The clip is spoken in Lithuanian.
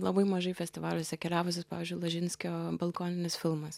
labai mažai festivaliuose keliavusius pavyzdžiui lažinskio balkoninis filmas